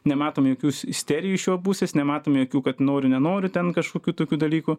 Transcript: nematom jokių isterijų iš jo pusės nematom jokių kad noriu nenoriu ten kažkokių tokių dalykų